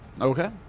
Okay